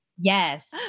yes